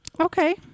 Okay